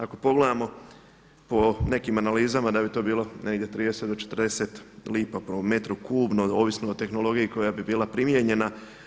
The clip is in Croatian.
Ako pogledamo po nekim analizama da bi to bilo negdje od 30 do 40 lipa po metru kubnom ovisno o tehnologiji koja bi bila primijenjena.